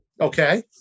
Okay